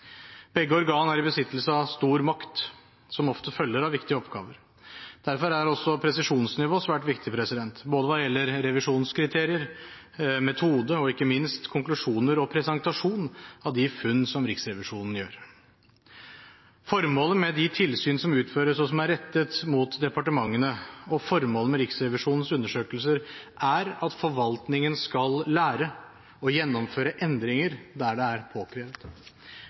Begge organ er i besittelse av stor makt, som ofte følger av viktige oppgaver. Derfor er også presisjonsnivået svært viktig, hva gjelder både revisjonskriterier, metode og ikke minst konklusjoner og presentasjon av de funn som Riksrevisjonen gjør. Formålet med de tilsyn som utføres, og som er rettet mot departementene, og formålet med Riksrevisjonens undersøkelser er at forvaltningen skal lære å gjennomføre endringer der det er